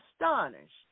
astonished